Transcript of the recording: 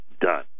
done